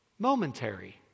Momentary